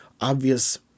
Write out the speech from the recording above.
obvious